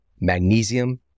Magnesium